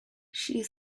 she